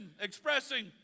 expressing